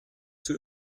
zur